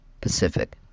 Pacific